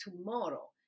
tomorrow